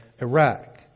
Iraq